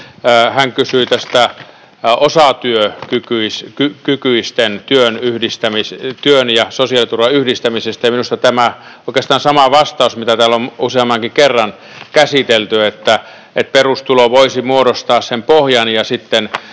hän kysyi tästä osatyökykyisten työn ja sosiaaliturvan yhdistämisestä, ja minulla on oikeastaan tämä sama vastaus, mitä täällä on useammankin kerran käsitelty, että perustulo voisi muodostaa sen pohjan ja sitten